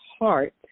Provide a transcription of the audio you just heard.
heart